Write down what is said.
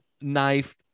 knife